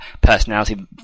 personality